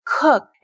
cook